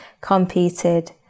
competed